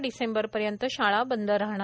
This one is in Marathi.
डिसेंबरपर्यन्त शाळा बंद राहणार